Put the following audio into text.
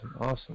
awesome